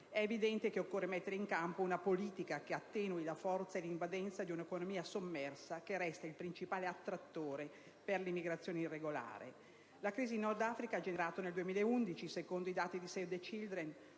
È evidente che occorre mettere in campo una politica che attenui la forza e l'invadenza di un'economia sommersa che resta il principale attrattore per l'immigrazione irregolare. La crisi in Nord Africa ha generato nel 2011, secondo i dati di «*Save the Children*»,